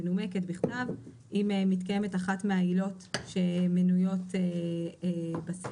מנומקת בכתב אם מתקיימת אחת מהעילות שמנויות בסעיף.